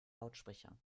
lautsprecher